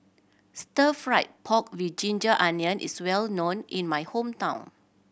stir fried pork with ginger onion is well known in my hometown